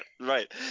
right